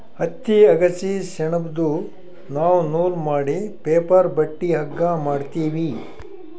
ಹತ್ತಿ ಅಗಸಿ ಸೆಣಬ್ದು ನಾವ್ ನೂಲ್ ಮಾಡಿ ಪೇಪರ್ ಬಟ್ಟಿ ಹಗ್ಗಾ ಮಾಡ್ತೀವಿ